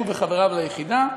הוא וחבריו ליחידה,